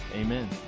Amen